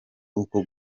uko